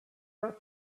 are